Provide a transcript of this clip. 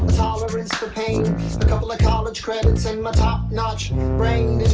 tolerance for pain a couple of college credits and my top-notch brain